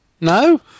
No